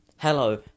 Hello